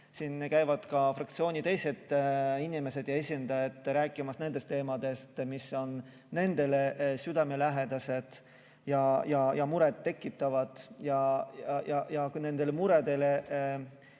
siin ka fraktsiooni teised inimesed ja esindajad rääkimas nendest teemadest, mis on nendele südamelähedased ja neile muret teevad. Kui nendele muredele